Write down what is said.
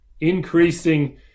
increasing